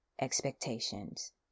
expectations